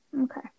Okay